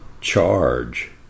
charge